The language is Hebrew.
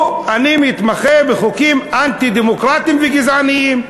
אני מתמחה בחוקים אנטי-דמוקרטיים וגזעניים.